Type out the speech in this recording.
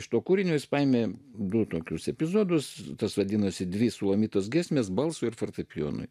iš to kūrinio jis paėmė du tokius epizodus tas vadinosi dvi sulamitos giesmės balsui ir fortepijonui